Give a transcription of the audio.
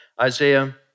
Isaiah